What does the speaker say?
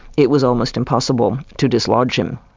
it was almost impossible to dislodge him.